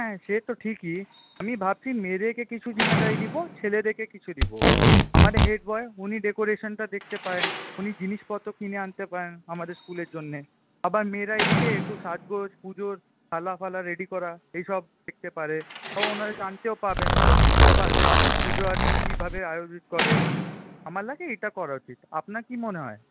হ্যাঁ সে তো ঠিকই আমি ভাবছি মেয়েদেরকে কিছু জিম্মেদারি দেব ছেলেদেরকে কিছু দেব আমার হেডবয় উনি ডেকরেশনটা দেখতে পারেন উনি জিনিসপত্র কিনে আনতে পারেন আমাদের স্কুলের জন্যে আবার মেয়েরা এইদিকে একটু সাজগোজ পুজোর থালা ফালা রেডি করা এসব দেখতে পারে জানতেও পারবেন শিখতেও পারবেন পুজো অর্চনা কীভাবে আয়োজন করে আমার লাগে এটা করা উচিৎ আপনার কি মনে হয়